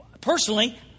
personally